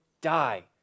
die